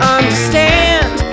understand